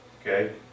Okay